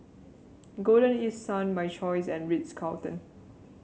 Golden East Sun My Choice and Ritz Carlton